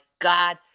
God